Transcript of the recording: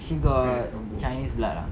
she got chinese blood lah